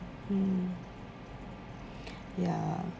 mm ya